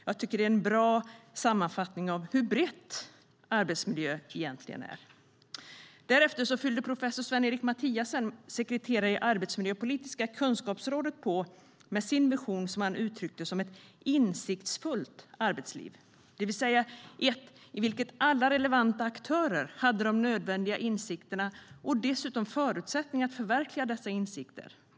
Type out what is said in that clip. Jag tycker att det är en bra sammanfattning av hur bred frågan om arbetsmiljö egentligen är. Därefter fyllde professor Svend Erik Mathiassen, sekreterare i Arbetsmiljöpolitiska kunskapsrådet, på med sin vision som han uttryckte som ett insiktsfullt arbetsliv, det vill säga ett i vilket alla relevanta aktörer har de nödvändiga insikterna och dessutom förutsättningar att förverkliga dessa insikter.